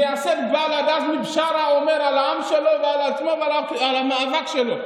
מייסד בל"ד עזמי בשארה אומר על עצמו ועל העם שלו ועל המאבק שלו.